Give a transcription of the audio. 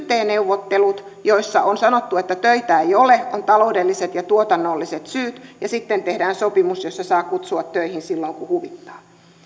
neuvottelut joissa on sanottu että töitä ei ole on taloudelliset ja tuotannolliset syyt ja sitten tehdään sopimus jossa saa kutsua töihin silloin kun huvittaa